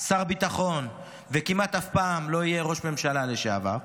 שר ביטחון וכמעט אף פעם לא יהיה ראש ממשלה לשעבר,